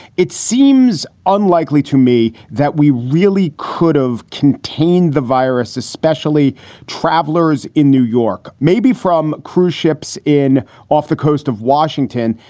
it seems unlikely to me that we really could have contained the virus, especially travelers in new york, maybe from cruise ships in off the coast of washington.